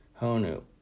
Honu